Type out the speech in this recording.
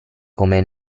come